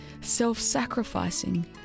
self-sacrificing